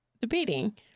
debating